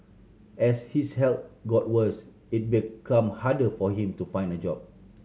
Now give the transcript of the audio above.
as his health got worse it become harder for him to find a job